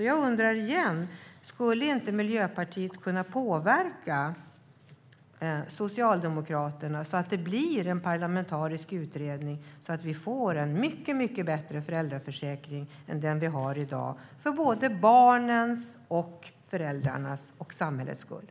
Jag undrar därför igen: Skulle inte Miljöpartiet kunna påverka Socialdemokraterna så att det blir en parlamentarisk utredning och vi får en mycket bättre föräldraförsäkring än den som vi har i dag, detta såväl för barnens och föräldrarnas skull som för samhällets skull?